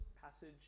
passage